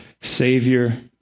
Savior